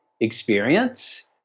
experience